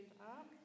up